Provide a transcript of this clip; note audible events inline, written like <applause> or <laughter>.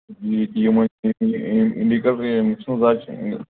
ییٖتۍ یِم ٲسۍ تیٖتی انے اِنڈِکیٹَر یِم چھِ <unintelligible>